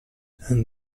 and